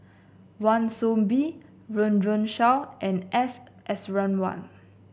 Wan Soon Bee Run Run Shaw and S Iswaran